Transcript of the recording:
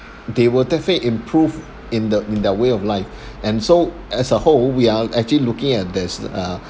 they will definitely improve in the in their way of life and so as a whole we are actually looking at there's uh